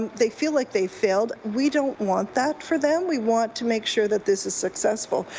they feel like they failed. we don't want that for them. we want to make sure that this is successful,